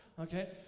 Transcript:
Okay